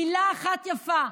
מילה אחת יפה,